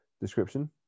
description